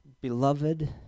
Beloved